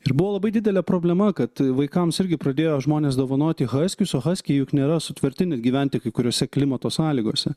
ir buvo labai didelė problema kad vaikams irgi pradėjo žmonės dovanoti haskius o haskiai juk nėra sutverti net gyventi kai kuriose klimato sąlygose